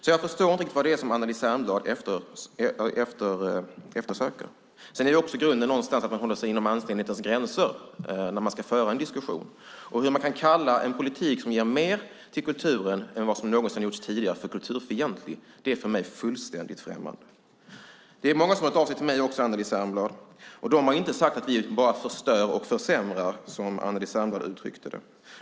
Jag förstår inte riktigt vad det är som Anneli Särnblad eftersöker. Det handlar också om att man håller sig inom anständighetens gränser när man ska föra en diskussion. Hur man kan kalla en politik som ger mer till kulturen än vad som någonsin har gjorts tidigare kulturfientlig är för mig fullständigt främmande. Det är många som har hört av sig till mig också. De har inte sagt att vi bara förstör och försämrar, som Anneli Särnblad uttryckte det.